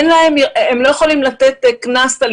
הם לא יכולים לתת קנס על